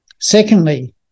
Secondly